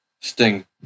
Sting